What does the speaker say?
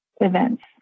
events